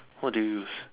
what did you use